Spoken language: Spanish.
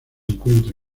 encuentra